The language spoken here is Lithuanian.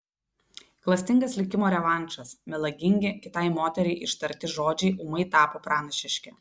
klastingas likimo revanšas melagingi kitai moteriai ištarti žodžiai ūmai tapo pranašiški